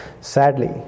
Sadly